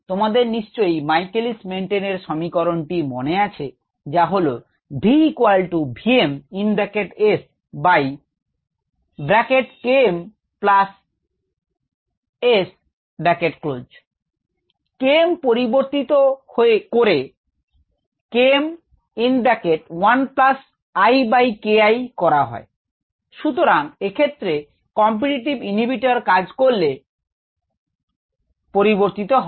তোমাদের নিশ্চয়ই Michaelis Menten এর সমীকরণটি মনে আছে যা হলো vvmSKmS Km পরিবর্তিত করে Km করা হয় সুতরাং এক্ষেত্রে কম্পিটিটিভ ইনহিবিটর কাজ করলে পরিবর্তিত হয়